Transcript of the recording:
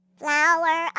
flower